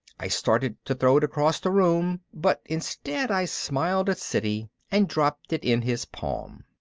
i started to throw it across the room, but instead i smiled at siddy and dropped it in his palm.